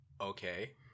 Okay